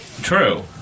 True